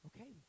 Okay